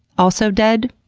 also dead,